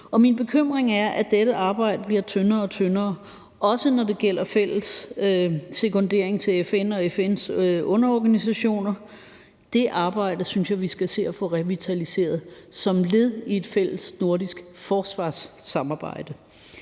og min bekymring er, at dette arbejde bliver tyndere og tyndere, også når det gælder fælles sekundering til FN og FN's underorganisationer. Det arbejde synes jeg vi skal til at få revitaliseret som led i et fælles nordisk forsvarssamarbejde.